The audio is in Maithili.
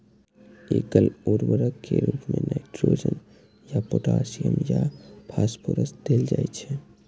एकल उर्वरक के रूप मे नाइट्रोजन या पोटेशियम या फास्फोरस देल जाइ छै